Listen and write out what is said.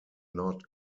not